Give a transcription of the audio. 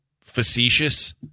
facetious